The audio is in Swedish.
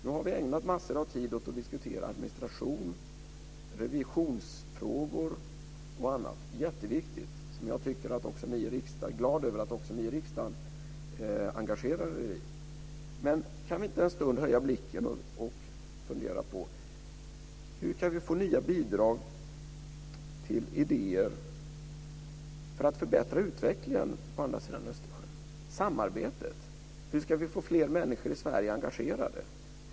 Nu har vi ägnat massor av tid åt att diskutera administration, revisionsfrågor och annat. Det är jätteviktigt, och jag är glad att också ni i riksdagen engagerar er i det. Men kan vi inte en stund höja blicken och fundera: Hur kan vi få nya bidrag till idéer för att förbättra utvecklingen på andra sidan Östersjön? Hur ska vi få fler människor i Sverige engagerade i samarbetet?